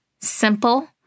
simple